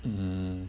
mm